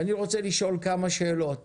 אני רוצה לשאול כמה שאלות